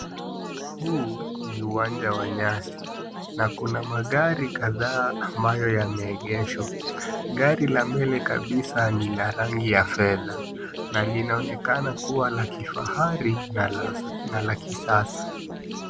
Huu ni uwanja wa nyasi na kuna magari kadhaa ambayo yameegeshwa. Gari la mbele kabisa ni la rangi ya fedha na linaonekana kuwa la kifahari na la kisasa.